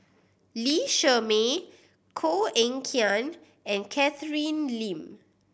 Lee Shermay Koh Eng Kian and Catherine Lim